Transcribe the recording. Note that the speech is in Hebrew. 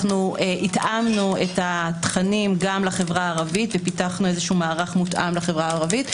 התאמנו את התכנים גם לחברה הערבית ופיתחנו מערך מותאם לחברה הערבית.